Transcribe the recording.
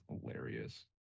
hilarious